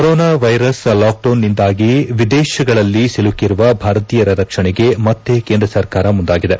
corona virus lockdown ನಿಂದಾಗಿ ವಿದೇಶಗಳಲ್ಲಿ ಸಿಲುಕಿರುವ ಭಾರತೀಯರ ರಕ್ಷಣೆಗೆ ಮತ್ತೆ ಕೇಂದ್ರ ಸರ್ಕಾರ ಮುಂದಾಗಿದೆ